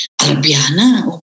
Albiana